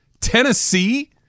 Tennessee